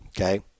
okay